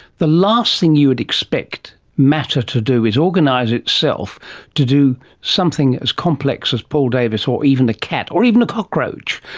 the last thing you would expect matter to do is organise itself to do something as complex as paul davies or even a cat or even a cockroach,